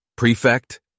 Prefect